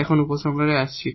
এখানে উপসংহারে আসছি